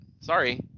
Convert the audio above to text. sorry